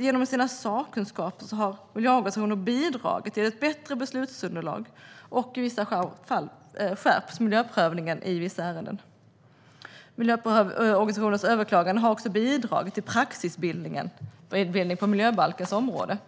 Genom sina sakkunskaper har miljöorganisationer bidragit till bättre beslutsunderlag och i vissa fall till skärpt miljöprövning i vissa ärenden. Miljöorganisationers överklaganden har också bidragit till praxisbildningen på miljöbalkens område.